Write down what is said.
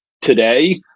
Today